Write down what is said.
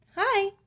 Hi